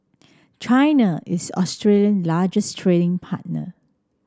China is Australian largest trading partner